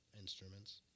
instruments